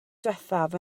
ddiwethaf